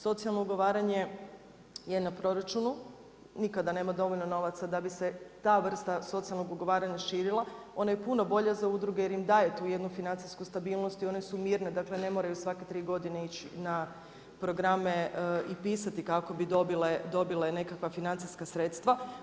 Socijalno ugovaranje je na proračunu, nikada nema dovoljno novaca da bi se ta vrsta socijalnog ugovaranja širila, ona je puno bolje za udruge jer im daje tu jednu financijsku stabilnost i one su mirne, dakle ne moraju svake 3 godine ići na programe i pisati kako bi dobile nekakva financijska sredstva.